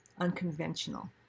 unconventional